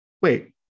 Wait